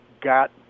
got